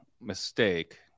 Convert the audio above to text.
mistake